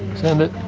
send it!